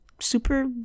super